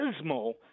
dismal